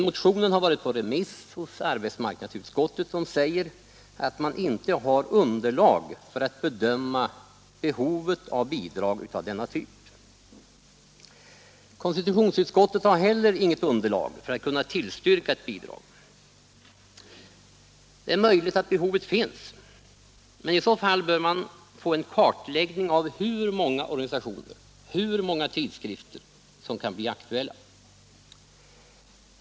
Motionen har varit på remiss hos arbetsmarknadsutskottet som säger att man inte har underlag för att bedöma behovet av bidrag av denna typ. Konstitutionsutskottet har heller inget underlag för att kunna tillstyrka ett bidrag. Det är möjligt att behovet finns, men i så fall bör vi få en kartläggning av hur många organisationer och tidskrifter som kan bli aktuella.